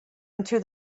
into